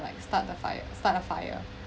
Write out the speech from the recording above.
like start the fire start a fire